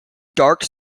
dark